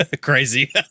Crazy